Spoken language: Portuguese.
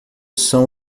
são